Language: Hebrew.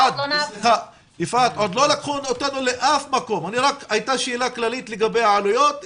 הייתה שאלה כללית לגבי העלויות,